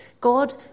God